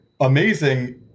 amazing